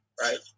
right